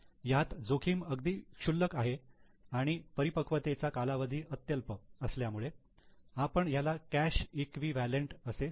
ह्यात जोखीम अगदी शुल्लक आहे आणि परिपक्वतेचा कालावधी अत्यल्प असल्यामुळे आपण ह्याला कॅश इक्विवलेंट असे समजू शकतो